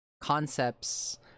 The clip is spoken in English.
concepts